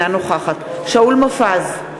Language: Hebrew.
אינה נוכחת שאול מופז,